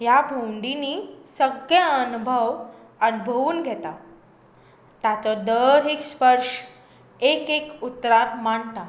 ह्या भोंवणींनी सगळे अणभव अणभवून घेता ताचो दर एक स्पर्श एक एक उतरांत मांडटा